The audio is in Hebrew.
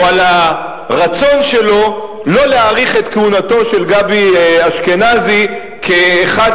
על הרצון שלו שלא להאריך את כהונתו של גבי אשכנזי כאחד